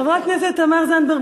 חברת הכנסת תמר זנדברג,